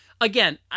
Again